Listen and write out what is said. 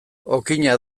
okina